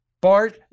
Bart